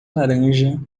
laranja